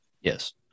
Yes